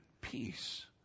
peace